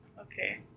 Okay